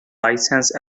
license